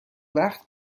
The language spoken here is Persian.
وقت